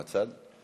מהצד?